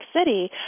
City